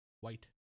white